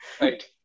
Right